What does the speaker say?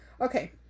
Okay